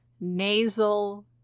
nasal